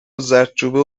وزردچوبه